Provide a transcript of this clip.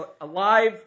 alive